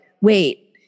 wait